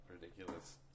ridiculous